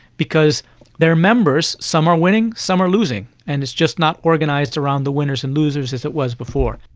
because their members, some are winning, some are losing, and it's just not organised around the winners and losers as it was before.